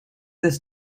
this